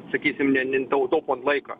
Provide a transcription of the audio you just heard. sakysim ne ne tau taupant laiką